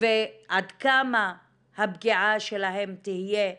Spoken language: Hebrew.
ועד כמה הפגיעה שלהם תהיה אלימה,